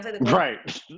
Right